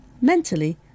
Mentally